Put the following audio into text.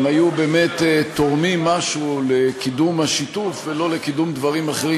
הם היו באמת תורמים משהו לקידום השיתוף ולא לקידום דברים אחרים,